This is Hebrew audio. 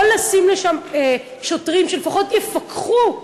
או לשים שם שוטרים שלפחות יפקחו,